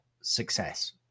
success